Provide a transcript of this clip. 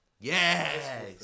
Yes